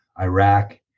Iraq